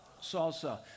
salsa